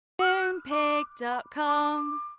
Moonpig.com